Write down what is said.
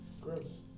Gross